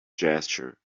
gesture